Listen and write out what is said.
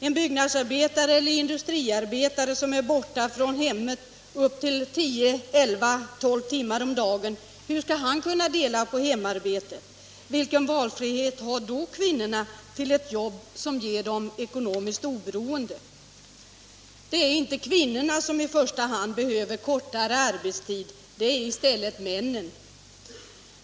En byggnadsarbetare eller industriarbetare som är borta från hemmet upp till 10-12 timmar om dagen har ingen möjlighet att dela på hemarbetet, och hans hustru har då knappast någon valfrihet när det gäller att skaffa sig ett jobb som ger henne ekonomiskt oberoende. Det är därför inte kvinnorna som i första hand behöver kortare arbetstid, utan det är i stället männen.